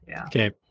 Okay